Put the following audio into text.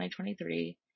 2023